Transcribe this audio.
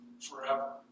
forever